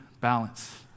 balance